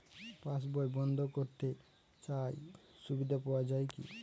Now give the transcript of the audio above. পাশ বই বন্দ করতে চাই সুবিধা পাওয়া যায় কি?